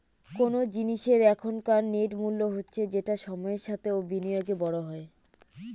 কোন জিনিসের এখনকার নেট মূল্য হচ্ছে যেটা সময়ের সাথে ও বিনিয়োগে বড়ো হয়